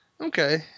Okay